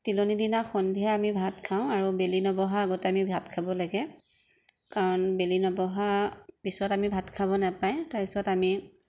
তিলনী দিনা সন্ধিয়া আমি ভাত খাওঁ আৰু বেলি নবহা আগতে আমি ভাত খাব লাগে কাৰণ বেলি নবহা পিছত আমি ভাত খাব নাপায় তাৰ পিছত আমি